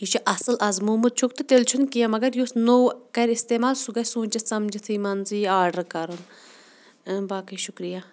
یہِ چھُ اَصٕل اَزمومُت چھُکھ تہٕ تیٚلہِ چھُنہٕ کیٚنٛہہ مگر یُس نوٚو کَرِ استعمال سُہ گَژھِ سوٗنٛچِتھ سَمجِتھٕے مان ژٕ یہِ آرڈَر کَرُن باقٕے شُکریہ